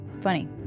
Funny